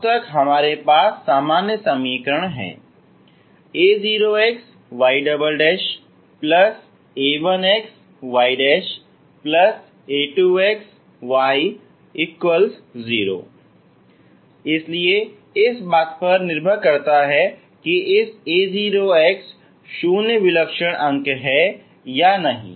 अब तक हमारे पास सामान्य समीकरण हैं a0xya1xya2xy0 इसलिए इस बात पर निर्भर करता है कि इस a0 शून्य विलक्षण अंक हैं या नहीं